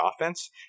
offense